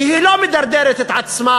כי היא לא מדרדרת את עצמה,